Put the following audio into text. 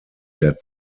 der